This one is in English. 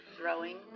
throwing